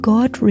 God